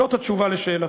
זאת התשובה על שאלתך.